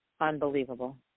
Unbelievable